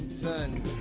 Son